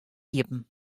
iepen